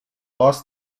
lost